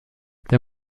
der